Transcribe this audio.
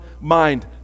mind